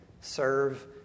serve